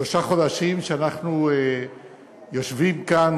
שלושה חודשים שאנחנו יושבים כאן,